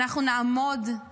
אנחנו נעמוד על